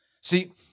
See